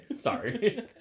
Sorry